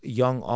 young